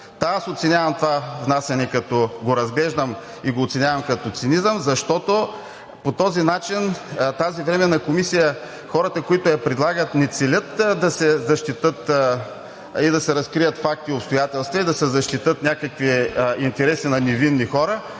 Та аз оценявам това внасяне, като го разглеждам и оценявам като цинизъм, защото по този начин тази временна комисия – хората, които я предлагат, не целят да се разкрият факти и обстоятелства и да се защитят интересите на невинни хора,